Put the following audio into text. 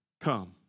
Come